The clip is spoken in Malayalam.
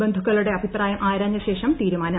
ബന്ധുക്കളുടെ അഭിപ്രായം ആരാഞ്ഞ ശേഷം തീരുമാനം